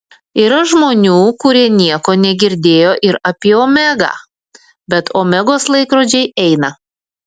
yra žmonių kurie nieko negirdėjo ir apie omegą bet omegos laikrodžiai eina